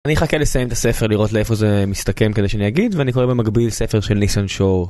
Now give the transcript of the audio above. אני אחכה לסיים את הספר לראות לאיפה זה מסתכם כדי שאני אגיד ואני קורא במקביל ספר של ניסן שור.